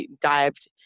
dived